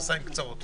סיפורי הבדים.